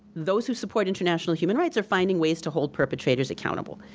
those who support international human rights are finding ways to hold perpetrators accountable.